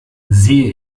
sehe